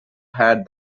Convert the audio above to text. had